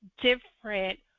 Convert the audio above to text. different